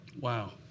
Wow